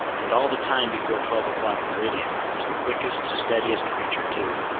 and all the time before twelve o'clock, meridian, was the quickest, steadiest creature too,